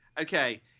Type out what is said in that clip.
okay